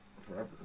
forever